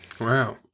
Wow